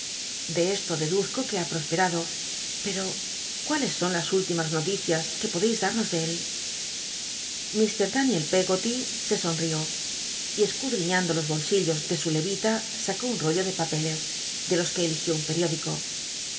de esto deduzco que ha prosperado pepo cuáles son las últimas noticias que podeis damos de él mt daniel peggoty se sonrió y escuch'iñando los bolsillos de su levita sacó un rollo de papeles de los que eligió un periódico